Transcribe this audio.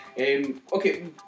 Okay